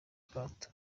kato